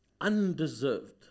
Undeserved